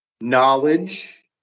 knowledge